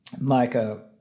Micah